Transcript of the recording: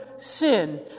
sin